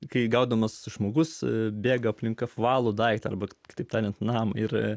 kai gaudomas žmogus bėga aplink apvalų daiktą arba kitaip tariant namo ir